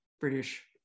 British